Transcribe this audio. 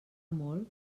molt